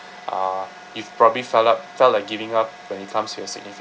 uh you've probably felt up felt like giving up when it comes to your significant